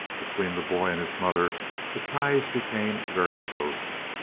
between the boy and his mother the ties became very close.